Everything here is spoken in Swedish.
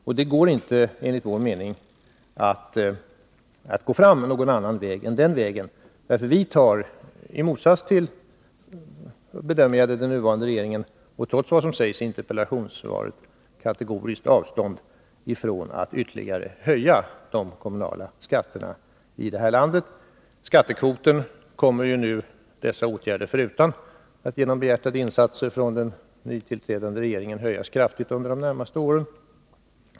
Enligt vår att förhindra höjda landstingsoch kommunalskatter mening går det inte att gå fram någon annan väg. I motsats till den nuvarande regeringen och trots vad som sägs i interpellationssvaret, tar vi kategoriskt avstånd från att ytterligare höja kommunalskatterna här i landet. Skattekvoten kommer ju — dessa åtgärder förutan — att genom behjärtade insatser från den nytillträdande regeringen höjas kraftigt under de närmaste åren.